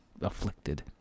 afflicted